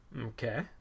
Okay